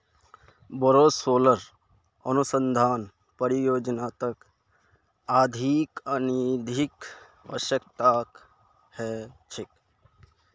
बोरो सोलर अनुसंधान परियोजनात अधिक निधिर अवश्यकता ह छेक